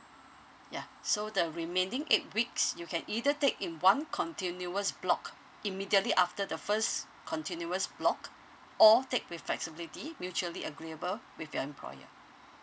ya so the remaining eight weeks you can either take in one continuous block immediately after the first continuous block or take with flexibility mutually agreeable with your employer